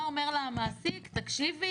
מה אומר לה המעסיק: תקשיבי,